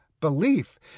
belief